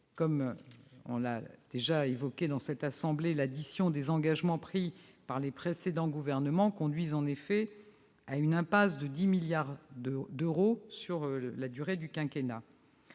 Comme nous l'avons déjà évoqué dans cette assemblée, l'addition des engagements pris par les précédents gouvernements conduit, en effet, à une impasse de 10 milliards d'euros sur la durée du quinquennat.